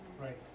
right